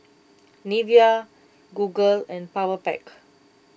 Nivea Google and Powerpac